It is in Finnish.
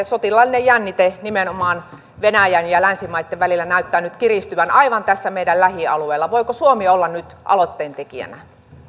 sotilaallinen jännite nimenomaan venäjän ja länsimaitten välillä näyttää nyt kiristyvän aivan tässä meidän lähialueellamme voiko suomi olla nyt aloitteentekijänä